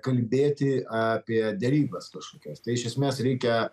kalbėti apie derybas kažkokias tai iš esmės reikia